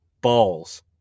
Balls